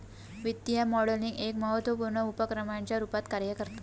वित्तीय मॉडलिंग एक महत्त्वपुर्ण उपकरणाच्या रुपात कार्य करता